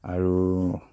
আৰু